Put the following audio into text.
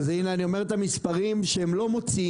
אני אתן לכם את המספר כדי שתהיו